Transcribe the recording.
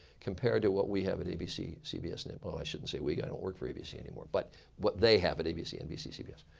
compared to what we have at abc, cbs and oh but i shouldn't say we. i don't work for abc anymore. but what they have at abc, nbc, cbs.